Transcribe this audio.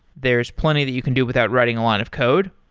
there's plenty that you can do without writing a lot of code,